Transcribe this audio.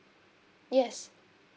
yes